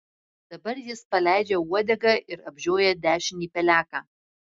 dabar jis paleidžia uodegą ir apžioja dešinį peleką